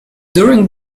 during